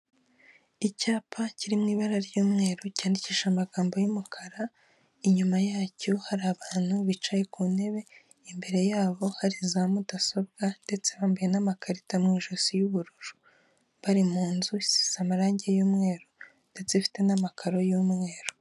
Icyapa kiri mu ibara ry'umweru cyandikishije amagambo y'umukara inyuma yacyo hari abantu bicaye ku ntebe imbere yabo hari za mudasobwa ndetse bambaye n'amakarita mu ijosi y'ubururu, bari mu nzu isize amarangi y'umweru ndetse ifite n'amakaro y'umweru.